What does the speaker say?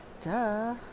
duh